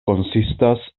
konsistas